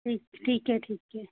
ठीक ठीक है ठीक है